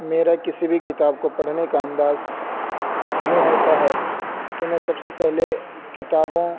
میرا کسی بھی کتاب کو پڑھنے کا انداز یوں ہوتا ہے کہ میں سب سے پہلے کتابوں